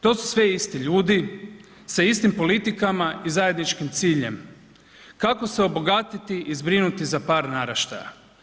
To su sve isti ljudi sa istim politikama i zajedničkim ciljem kako se obogatiti i zbrinuti za par naraštaja.